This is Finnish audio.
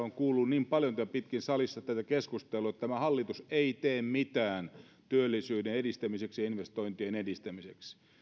on kuulunut niin paljon tätä keskustelua että tämä hallitus ei tee mitään työllisyyden edistämiseksi ja investointien edistämiseksi